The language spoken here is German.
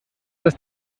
dass